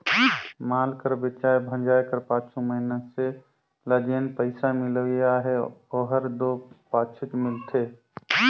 माल कर बेंचाए भंजाए कर पाछू मइनसे ल जेन पइसा मिलोइया अहे ओहर दो पाछुच मिलथे